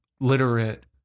literate